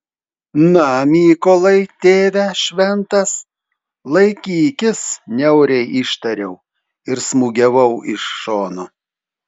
na mykolai tėve šventas laikykis niauriai ištariau ir smūgiavau iš šono